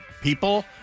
people